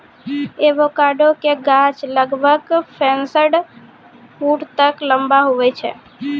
avocado के गाछ लगभग पैंसठ फुट तक लंबा हुवै छै